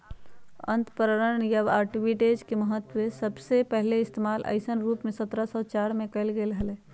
अंतरपणन या आर्बिट्राज के सबसे पहले इश्तेमाल ऐसन रूप में सत्रह सौ चार में कइल गैले हल